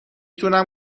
تونم